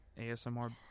ASMR